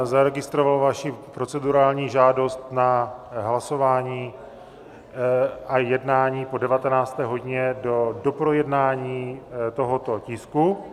Zaregistroval jsem vaši procedurální žádost na hlasování a jednání po 19. hodině do doprojednání tohoto tisku.